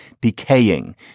decaying